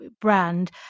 brand